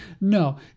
No